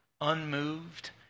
unmoved